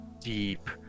deep